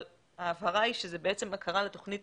אבל ההבהרה היא שזה הכרה לתוכנית